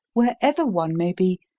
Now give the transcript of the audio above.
wherever one may be,